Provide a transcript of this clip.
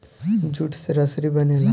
jute से रसरी बनेला